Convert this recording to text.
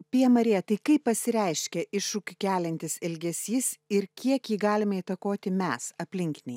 pija marija tai kaip pasireiškia iššūkį keliantis elgesys ir kiek jį galime įtakoti mes aplinkiniai